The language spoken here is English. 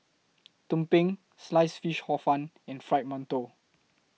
Tumpeng Sliced Fish Hor Fun and Fried mantou